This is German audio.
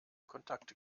kontakte